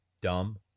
dumb